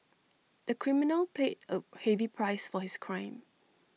the criminal paid A heavy price for his crime